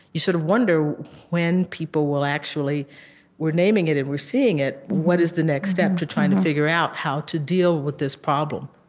you sort of wonder when people will actually we're naming it, and we're seeing it, what is the next step to try and figure out how to deal with this problem?